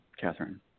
Catherine